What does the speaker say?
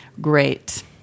great